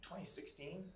2016